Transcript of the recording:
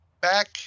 Back